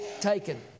taken